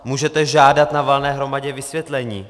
Můžete žádat na valné hromadě vysvětlení.